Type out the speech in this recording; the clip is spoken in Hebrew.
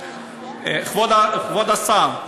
כבוד השר,